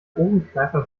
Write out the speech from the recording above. ohrenkneifer